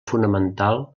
fonamental